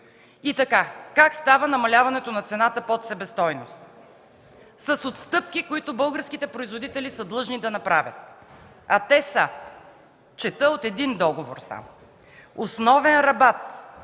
трибуната. Как става намаляването на цената под себестойност? С отстъпки, които българските производители са длъжни да направят, а те са – чета само от един договор: - основен рабат